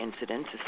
incidents